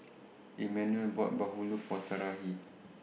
Emanuel bought Bahulu For Sarahi